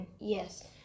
Yes